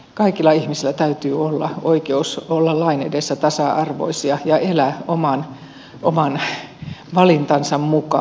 kaikilla ihmisillä täytyy olla oikeus olla lain edessä tasa arvoisia ja elää oman valintansa mukaan